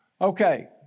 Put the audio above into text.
Okay